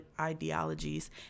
ideologies